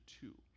two